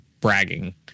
bragging